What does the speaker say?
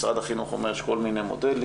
משרד החינוך אומר שיש כל מיני מודלים,